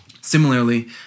Similarly